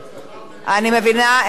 אני מבינה את ההתרגשות,